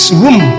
room